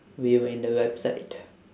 we were in the website